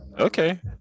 Okay